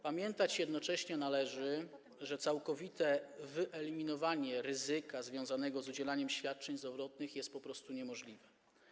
Pamiętać jednocześnie należy, że całkowite wyeliminowanie ryzyka związanego z udzielaniem świadczeń zdrowotnych jest po prostu niemożliwe.